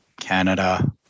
Canada